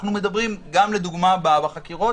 גם בחקירות,